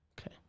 Okay